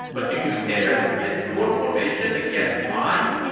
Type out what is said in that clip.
but do you dare to pit your formation against mine?